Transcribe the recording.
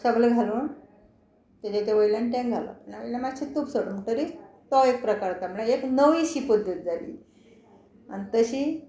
सगलें घालून तेजे ते वयल्यान तें घालप नाजाल्या मातशें तूप सोडप म्हणटरी तो एक प्रकार जाता म्हळ्या एक नवीशी पद्दत जाली आनी तशी